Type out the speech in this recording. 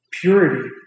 purity